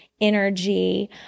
energy